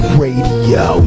radio